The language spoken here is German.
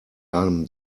einem